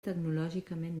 tecnològicament